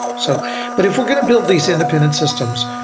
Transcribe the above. so but if we're going to build these independent systems,